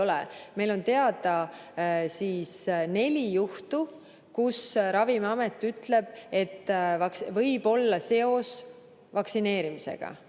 Meil on teada neli juhtu, kus Ravimiamet ütleb, et võib olla seos vaktsineerimisega